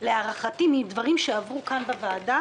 להערכתי מדברים שעברו כאן בוועדה